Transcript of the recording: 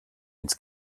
ins